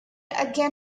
again